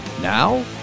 now